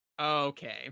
okay